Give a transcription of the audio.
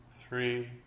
three